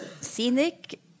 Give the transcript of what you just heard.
scenic